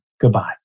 Goodbye